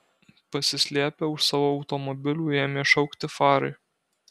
pasislėpę už savo automobilių ėmė šaukti farai